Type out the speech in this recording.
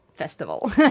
festival